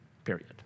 Period